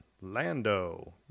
lando